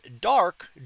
dark